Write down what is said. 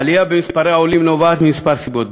לעלייה במספר העולים כמה סיבות,